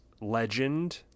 legend